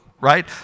right